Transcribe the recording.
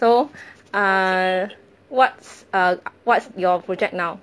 so err what's err what's your project now